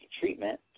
treatment